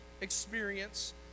experience